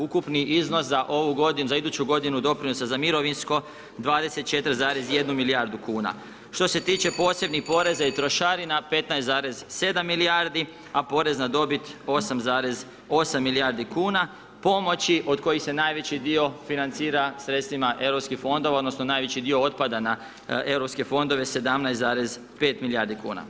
Ukupni iznos za ovu godinu, za iduću godinu doprinosa za mirovinsko 24,1 milijardu kuna, što se tiče posebnih poreza i trošarina 15,7 milijardi, a porez na dobit 8,8 milijardi kuna, pomoći od kojih se najveći dio financira sredstvima europskih fondova odnosno najveći dio otpada na europske fondove 17,5 milijardi kuna.